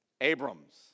Abrams